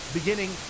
Beginning